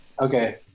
okay